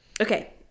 Okay